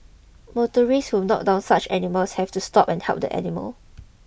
motorists who knocked down such animals have to stop and help the animal